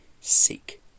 seek